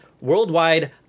worldwide